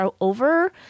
over